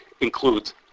Includes